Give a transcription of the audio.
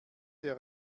der